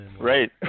Right